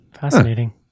fascinating